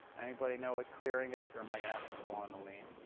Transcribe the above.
anybody know what clearing is? or am i going to have to call on alin?